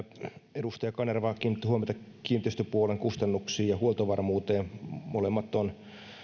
edustaja kanerva kiinnitti huomiota kiinteistöpuolen kustannuksiin ja huoltovarmuuteen molemmat ovat